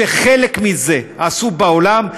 חלק מזה עשו בעולם,